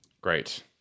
Great